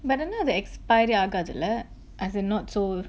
but then the expiry ஆகாதுல:aagaathula as in not so